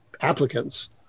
applicants